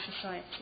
society